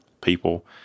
people